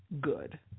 good